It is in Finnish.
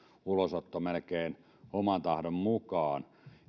melkein oman tahdon mukaan